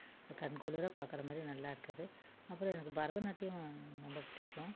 அது கண் குளிர பார்க்குற மாதிரி நல்லா இருக்குது அப்புறம் எனக்கு பரதநாட்டியம் ரொம்ப பிடிக்கும்